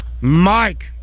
Mike